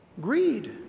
Greed